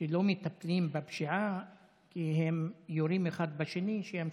שלא מטפלים בפשיעה כי הם יורים אחד בשני, שימשיכו.